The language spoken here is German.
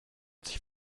sich